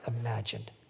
imagined